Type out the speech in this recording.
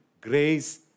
grace